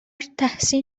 تحسین